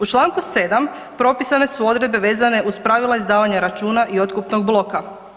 U čl. 7 propisane su odredbe vezane uz pravila izdavanja računa i otkupnog bloka.